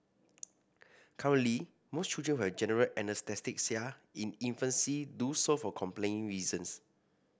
currently most children who have general anaesthesia in infancy do so for compelling reasons